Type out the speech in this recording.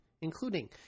including